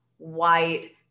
white